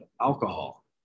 alcohol